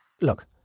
Look